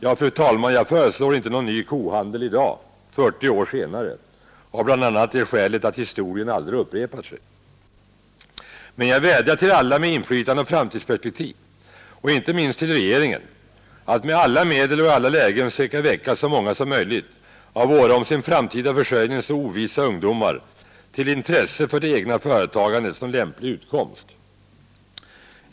Jag föreslår icke någon ny kohandel i dag, 40 år senare, av bl.a. det skälet att historien aldrig upprepar sig. Men jag vädjar till alla med inflytande och framtidsperspektiv, och inte minst till regeringen, att med alla medel och i alla lägen söka väcka så många som möjligt av våra om sin framtida försörjning så ovissa ungdomar till intresse för det egna företagandet som lämplig utkomst.